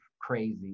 crazy